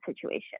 situation